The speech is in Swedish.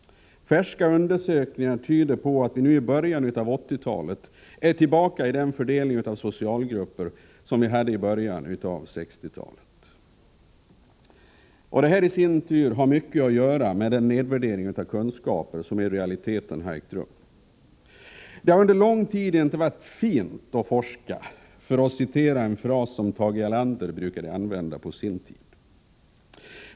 Färska undersökningar tyder på att vi nu, i början av 1980-talet, är tillbaka i den fördelning på socialgrupper som vi hade i början av 1960-talet. Detta har isin tur mycket att göra med den nedvärdering av kunskaper som i realiteten har ägt rum. Det har under lång tid inte varit ”fint” att forska, för att citera ett uttryck som Tage Erlander brukade använda.